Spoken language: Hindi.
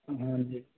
हाँ जी